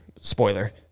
spoiler